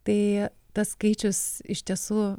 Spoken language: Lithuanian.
tai tas skaičius iš tiesų